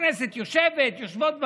הכנסת יושבת, יושבות ועדות,